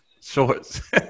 Shorts